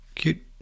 cute